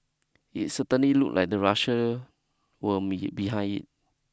it certainly looked like the Russia were be behind it